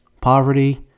poverty